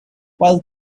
while